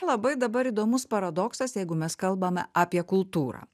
labai dabar įdomus paradoksas jeigu mes kalbame apie kultūrą